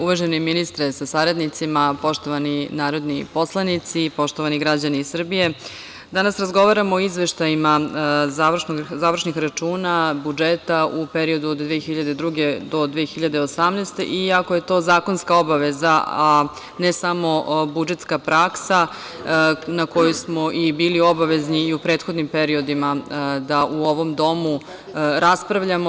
Uvaženi ministre sa saradnicima, poštovani narodni poslanici, poštovani građani Srbije, danas razgovaramo o izveštajima završnih računa budžeta u periodu od 2002. do 2018. godine iako je to zakonska obaveza, a ne samo budžetska praksa na koju smo i bili obavezni i u prethodnim periodima da u ovom domu raspravljamo.